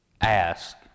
ask